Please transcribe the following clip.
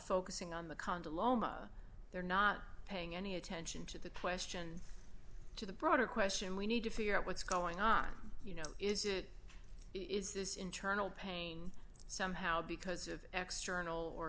focusing on the condom loma they're not paying any attention to the question to the broader question we need to figure out what's going on you know is it is this internal pain somehow because of x journal or